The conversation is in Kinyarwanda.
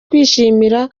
kwishimira